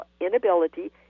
inability